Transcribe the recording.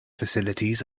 facilities